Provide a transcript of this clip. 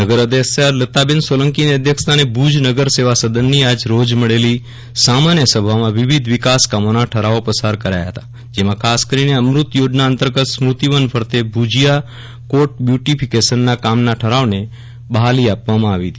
નગર અધ્યક્ષા લતાબેન સોલંકીની અધ્યક્ષસ્થાને ભુજ નગર સેવા સદનની આજ રોજ મળેલી સામાન્ય સભામાં વિવિધ વિકાસકામોના ઠરાવો કરાયા હતા જેમાં ખાસ કરીને અમૃત યોજના અંતર્ગત સ્મૃતિવન ફરતે ભુજીયા કોટ બ્યુટીફિકેશનના કામના ઠરાવને બહાલી અપાઈ હતી